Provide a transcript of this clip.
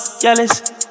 jealous